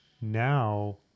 Now